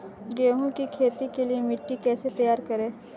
गेहूँ की खेती के लिए मिट्टी कैसे तैयार करें?